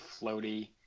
floaty